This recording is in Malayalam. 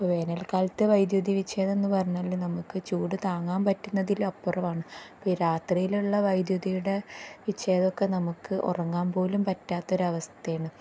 ഇപ്പം വേനൽക്കാലത്തെ വൈദ്യുതി വിഛേദം എന്ന് പറഞ്ഞാൽ നമുക്ക് ചൂട് താങ്ങാൻ പറ്റുന്നതിൽ അപ്പുറമാണ് രാത്രിയിലുള്ള വൈദ്യുതിയുടെ വിഛേദം ഒക്കെ നമുക്ക് ഉറങ്ങാൻ പോലും പറ്റാത്ത ഒരു അവസ്ഥയാണ്